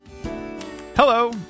Hello